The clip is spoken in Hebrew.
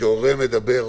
כשהורה מדבר,